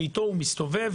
שאיתו הוא מסתובב.